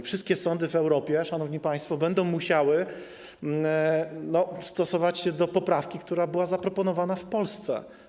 Wszystkie sądy w Europie, szanowni państwo, będą musiały stosować się do poprawki, która była zaproponowana w Polsce.